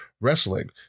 Wrestling